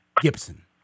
Gibson